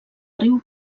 riu